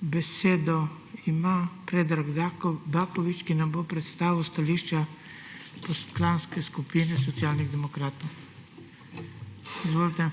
Besedo ima Predrag Baković, ki nam bo predstavil stališče Poslanske skupine Socialnih demokratov. Izvolite.